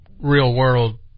real-world